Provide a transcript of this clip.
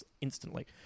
instantly